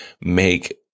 make